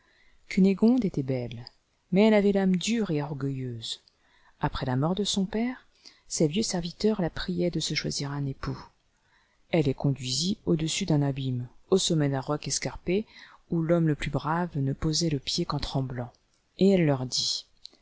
gunégonde était belle mais elle avait lame dure et orgueilleuse après la mort de son père ses vieux serviteurs la priaient de se choisir un époux elle les conduisit au-dessus d'un abîme au sommet d'un roc escarpé où l'homme le plus brave ne posait le pied qu'en tremblant et elle leur dit